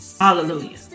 Hallelujah